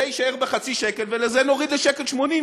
זה יישאר בחצי שקל ולזה נוריד ל-1.80,